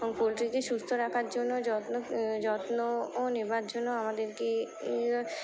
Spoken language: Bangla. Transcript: পোলট্রিকে সুস্থ রাখার জন্য যত্ন যত্নও নেবার জন্য আমাদেরকে